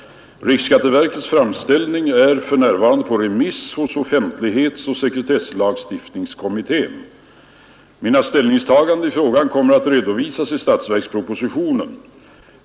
Riksskatteverkets framställning är för närvarande pa remiss hos offentlighetsoch sekretesslagstiftningskommittén. Mina ställningstaganden i frågan kommer att 1edovisas i statsverkspropositionen.